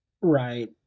Right